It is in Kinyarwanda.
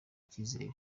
icyizere